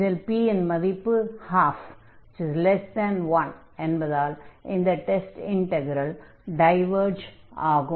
இதில் p இன் மதிப்பு 121 என்பதால் இந்த டெஸ்ட் இன்டக்ரல் டைவர்ஜ் ஆகும்